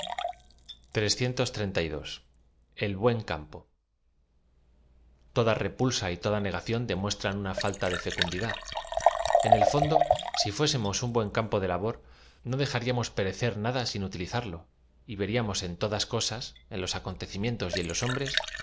l buen campo toda repulsa j toda negación demuestran una fal ta de fecundidad ea el fondo sí fuésemos un buen campo de labor no dejaríamos perecer nada sin utüisarlof y veriam os en todas cosas en los acontecimien tos y en los hombres